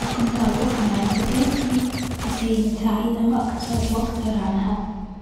وكنت أروح مع رفيقاتي لكي نتعلم أكثر وأكثر عنها.